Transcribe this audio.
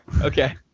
Okay